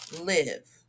live